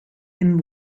and